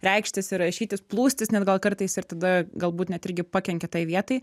reikštis ir rašytis plūstis net gal kartais ir tada galbūt net irgi pakenkia tai vietai